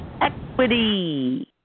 equity